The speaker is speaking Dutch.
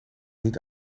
niet